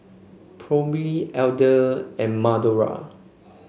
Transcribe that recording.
Phoebe Adell and Madora